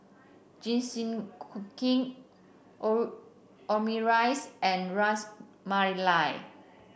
Jingisukan Omurice and Ras Malai